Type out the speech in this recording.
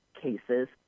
cases